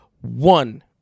one